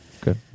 good